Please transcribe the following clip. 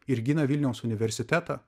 ir gina vilniaus universitetą